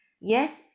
Yes